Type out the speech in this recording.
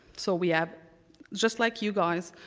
so we have just like you guys,